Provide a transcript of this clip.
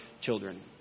children